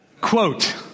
Quote